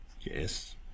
Yes